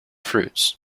fruits